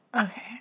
Okay